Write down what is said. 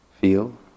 feel